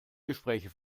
gespräche